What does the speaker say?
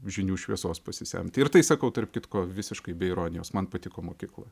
žinių šviesos pasisemti ir tai sakau tarp kitko visiškai be ironijos man patiko mokykla